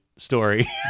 story